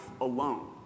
alone